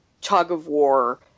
tug-of-war